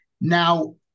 Now